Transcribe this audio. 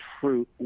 fruit